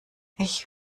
ich